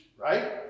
right